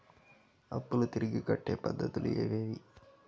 అప్పులు తిరిగి కట్టే పద్ధతులు ఏవేవి